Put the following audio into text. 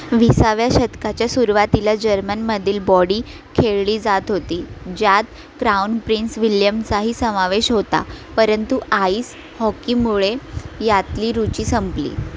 विसाव्या शतकाच्या सुरुवातीला जर्मनमधील बॉडी खेळली जात होती ज्यात क्राउन प्रिन्स विल्ल्यमचाही समावेश होता परंतु आईस हॉकीमुळे यातली रुची संपली